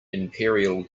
imperial